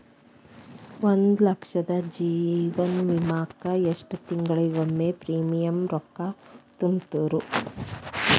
ಒಂದ್ ಲಕ್ಷದ ಜೇವನ ವಿಮಾಕ್ಕ ಎಷ್ಟ ತಿಂಗಳಿಗೊಮ್ಮೆ ಪ್ರೇಮಿಯಂ ರೊಕ್ಕಾ ತುಂತುರು?